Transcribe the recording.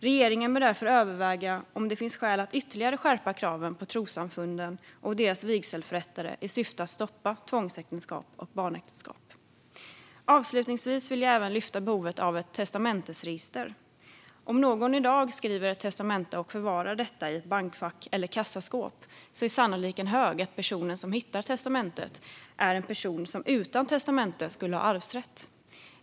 Regeringen bör därför överväga om det finns skäl att ytterligare skärpa kraven på trossamfunden och deras vigselförrättare i syfte att stoppa tvångsäktenskap och barnäktenskap. Avslutningsvis vill jag även lyfta upp behovet av ett testamentesregister. Om någon i dag skriver ett testamente och förvarar det i ett bankfack eller kassaskåp är sannolikheten stor att personen som hittar testamentet är en person som utan testamentet skulle ha arvsrätt.